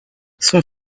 son